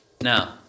Now